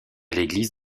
l’église